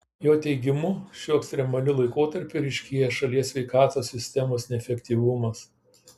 jo teigimu šiuo ekstremaliu laikotarpiu ryškėja šalies sveikatos sistemos neefektyvumas